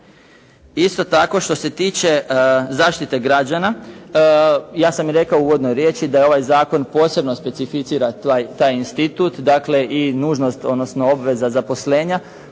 Isto tako, što se tiče zaštite građana, ja sam rekao u uvodnoj riječi da ovaj zakon posebno specificira taj institut, dakle i nužnost, odnosno obveza zaposlenja